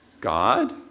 God